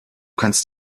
kannst